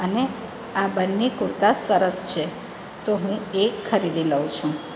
અને આ બંને કુર્તા સરસ છે તો હું એ ખરીદી લઉં છું